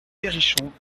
perrichon